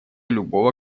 любого